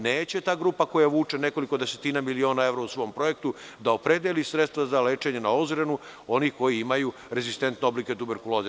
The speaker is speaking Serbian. Neće ta grupa koja vuče nekoliko desetina miliona evra u svom projektu da opredeli sredstva za lečenje na Ozrenu onih koji imaju rezistentne oblike tuberkuloze.